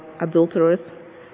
adulterers